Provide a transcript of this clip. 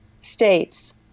states